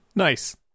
nice